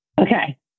Okay